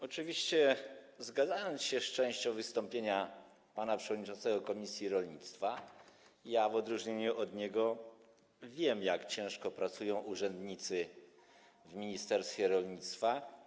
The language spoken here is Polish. Oczywiście zgadzam się z częścią wystąpienia pana przewodniczącego komisji rolnictwa, jednak w odróżnieniu od niego wiem, jak ciężko pracują urzędnicy w ministerstwie rolnictwa.